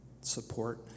support